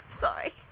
Sorry